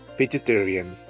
vegetarian